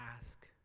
ask